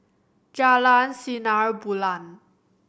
Jalan Sinar Bulan